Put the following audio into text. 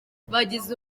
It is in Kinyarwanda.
bagize